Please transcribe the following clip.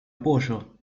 apoyo